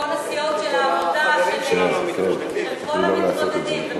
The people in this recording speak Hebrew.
בכל הסיעות של העבודה, לכל החברים שלנו המתמודדים.